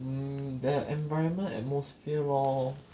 um their environment atmosphere lor